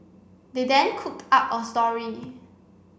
they then cooked up a story